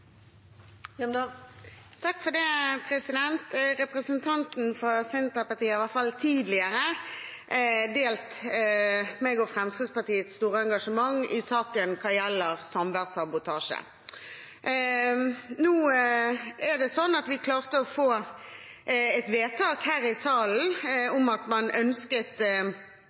Representanten fra Senterpartiet har i hvert fall tidligere delt mitt og Fremskrittspartiets store engasjement i saken som gjelder samværssabotasje. Nå klarte vi å få et vedtak her i salen om at man ønsket